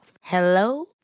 Hello